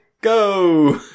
Go